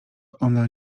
ona